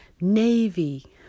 navy